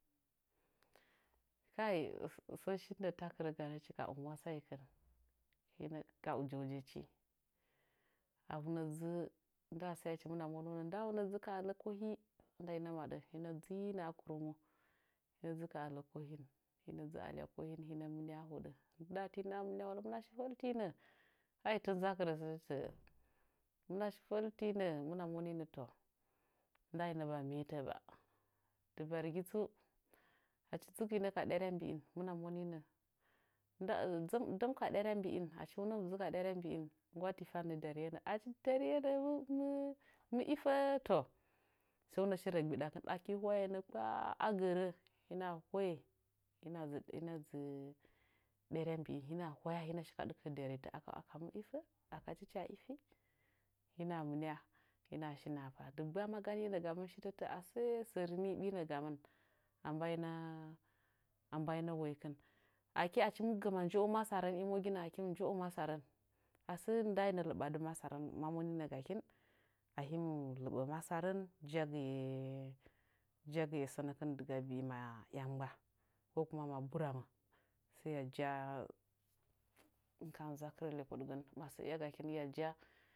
Kai sən shin nəə takɨrə ganə hinə ka ujeujechi ahunəm dzuu ndɨɗa saechi hɨmna monunə ndauna dzuu ka ələ kohi adar na maɗə hina dzinə a kɨrəmohina dzɨ ka ələ kohin hina dzi alya kohin hina mɨnya a hoɗə ndɨɗa a tina mɨnya a hoɗə hɨmna shi falti nə kai tin za akɨrə sətətə'ə hɨmna shi fəltinə hɨmɨna moninə to ndainaba meteba dɨbargi tsa achi dzɨginə ka ɗarya mbi'in hɨmɨna moninə dəm ka ɗaraya mbi'in achi hunəm dzu ka ɗyarya mbi'in ngwa tifannə achi dyariye nə'ə mɨ mɨ ifə to sai na shi rə gbɨɗakɨn aki hwayaynə kpa a gərə hina hoye hina dzi hina dzi ɗarya mbi'in hina hwaya hina shi ka ɗɨkə dyaritə aka aka mɨ ifə aka ticha ifi hina mɨnya hina shi nahapa dɨggba ma ganinəgamɨn shitətə'ə ase sərini benəgamin abaina abaina woikɨn achi achi mɨ gə ma nje'o masarən imoginə achi mɨ gəma nje'o masarən ase andaina lɨɓadɨ masa rən ma moninəgakɨn ahim lɨɓə masarən jagɨye jagɨye sənəkɨn dɨ ga bii ma yamgba ko kuma ma buramə sai ya ja bɨn kam hɨn mɨ za'akɨrə hɨmɨn ka ɓiɓinə sərin.